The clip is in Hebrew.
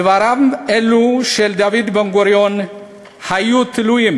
דבריו אלו של דוד בן-גוריון היו תלויים